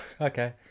okay